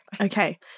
Okay